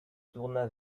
tourna